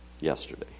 yesterday